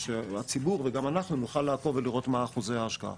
שהציבור וגם אנחנו נוכל לעקוב ולראות מה אחוזי ההשקעה?